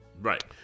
right